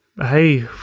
hey